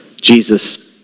Jesus